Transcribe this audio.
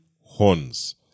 horns